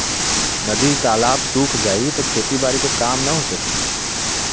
नदी तालाब सुख जाई त खेती बारी क काम ना हो सकी